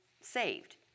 saved